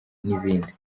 n’izindi